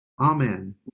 Amen